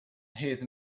his